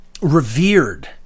revered